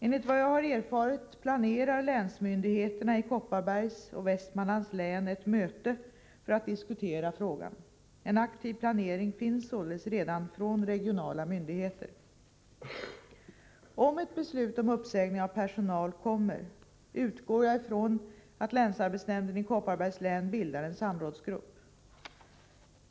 Enligt vad jag har erfarit planerar länsmyndigheterna i Kopparbergs och Västmanlands län ett möte för att diskutera frågan. En aktiv planering finns således redan från de regionala myndigheterna. Om ett beslut om uppsägning av personal kommer, utgår jag ifrån att länsarbetsnämnden i Kopparbergs län bildar en samrådsgrupp.